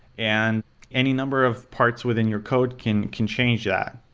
and any number of parts within your code can can change that.